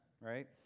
Right